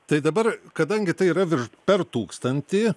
tai dabar kadangi tai yra virš per tūkstantį